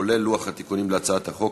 כולל לוח התיקונים להצעת החוק,